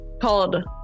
called